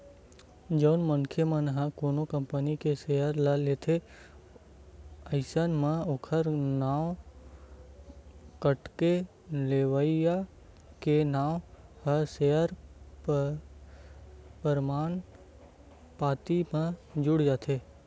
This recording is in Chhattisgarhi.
जउन मनखे ह कोनो कंपनी के सेयर ल लेथे अइसन म ओखर नांव कटके लेवइया के नांव ह सेयर परमान पाती म जुड़ जाथे